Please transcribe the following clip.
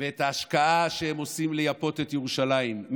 ואת ההשקעה שהם עושים לייפות את ירושלים.